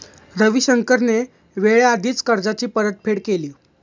रविशंकरने वेळेआधीच कर्जाची परतफेड केली